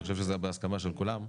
ואני חושב שזה בהסכמה של כולם,